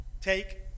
take